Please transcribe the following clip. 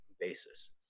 basis